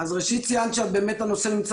אז ראשית ציינת שבאמת הנושא נמצא